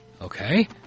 Okay